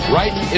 right